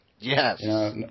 Yes